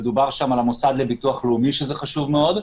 ודובר שם על המוסד לביטוח לאומי שזה חשוב מאוד,